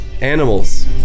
animals